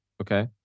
Okay